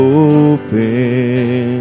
open